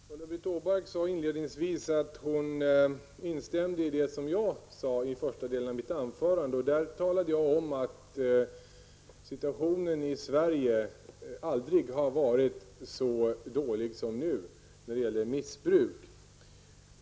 Herr talman! Ulla-Britt Åbark sade inledningsvis att hon instämmer i det som jag sade i första delen av mitt huvudanförande. Av vad jag där sade framgick att situationen i Sverige aldrig har varit så dålig som nu när det gäller missbruk.